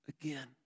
again